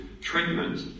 treatment